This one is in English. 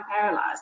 paralyzed